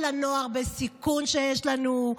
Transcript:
בנוער בסיכון שיש לנו,